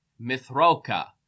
Mithroka